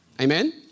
amen